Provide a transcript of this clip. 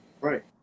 Right